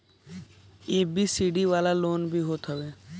subsidy वाला loan भी होत हवे